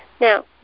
Now